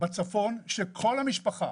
בצפון שכל המשפחה